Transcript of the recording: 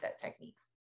techniques